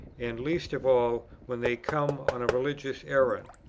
and least of all when they come on a religious errand.